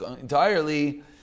entirely